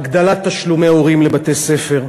הגדלת תשלומי הורים לבתי-ספר,